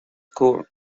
courts